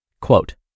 Quote